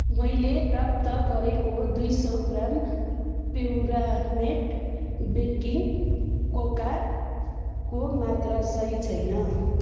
मैले प्राप्त गरेको दुई सौ ग्राम प्योरामेट बेकिङ कोकाको मात्रा सही छैन